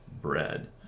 bread